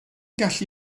gallu